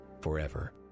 forever